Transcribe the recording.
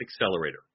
Accelerator